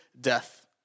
death